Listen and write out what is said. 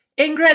Ingrid